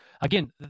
again